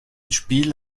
spiel